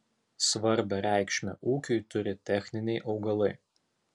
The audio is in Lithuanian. svarbią reikšmę ūkiui turi techniniai augalai